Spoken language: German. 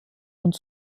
und